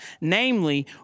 Namely